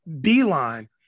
beeline